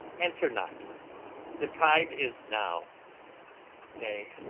answer not the tide is now nay,